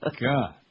God